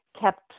kept